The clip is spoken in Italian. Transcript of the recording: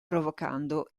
provocando